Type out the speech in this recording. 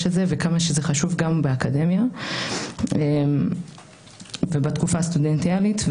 הזה וכמה שזה חשוב גם באקדמיה ובתקופה הסטודנטיאלית.